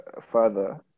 further